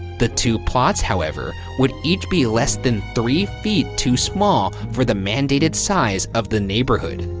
the two plots however would each be less than three feet too small for the mandated size of the neighborhood.